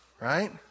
Right